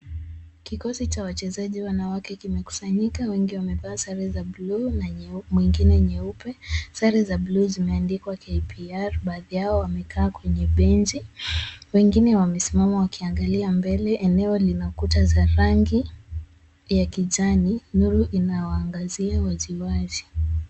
Kikosi cha wachezaji wanawake kimekusanyika, wengi wamevaa sare za buluu na mwingine nyeupe. Sare za buluu zimeandikwa KPR. Baadhi yao wamekaa kwenye benchi. Wengine wamesimama wakiangalia mbele. Eneo lina kuta za rangi ya kijani. Nuru inawaangazia wazi wazi.